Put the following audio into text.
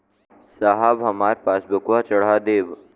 साहब हमार पासबुकवा चढ़ा देब?